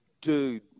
Dude